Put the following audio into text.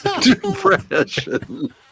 Depression